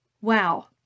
Wow